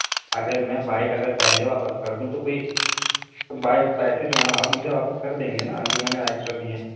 اگر میں بائک اگر پہلے واپس کر دوں تو کوئی بائک پیسے جو ہیں آپ مجھے واپس کر دیں گے نا جو میں نے ایکسٹرا دیے ہیں